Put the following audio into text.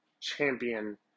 champion